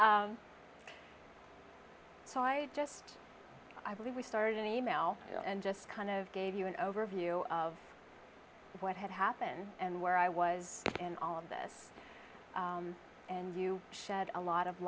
so i just i believe we started an e mail and just kind of gave you an overview of what had happened and where i was in on this and you shed a lot of